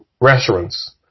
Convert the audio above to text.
restaurants